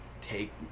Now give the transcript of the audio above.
take